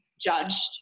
judged